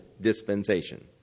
dispensation